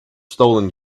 stolen